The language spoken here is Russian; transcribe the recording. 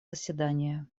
заседания